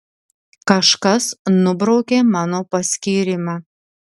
kažkas nubraukė mano paskyrimą